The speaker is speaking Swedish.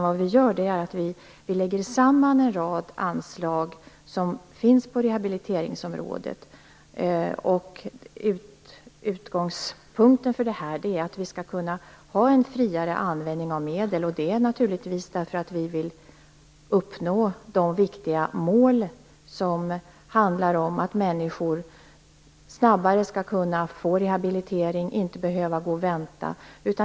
Vad vi gör är att lägga samman en rad anslag som finns på rehabiliteringsområdet. Utgångspunkten är att vi skall ha en friare användning av medlen. Det är naturligtvis därför att vi vill uppnå de viktiga mål som handlar om att människor snabbare skall kunna få rehabilitering och inte skall behöva gå och vänta.